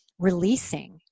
releasing